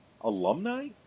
alumni